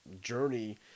journey